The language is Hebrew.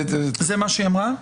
זה מה שהיא אמרה?